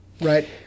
Right